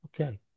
Okay